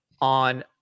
on